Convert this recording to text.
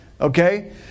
Okay